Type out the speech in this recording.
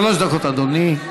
שלוש דקות, אדוני.